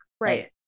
Right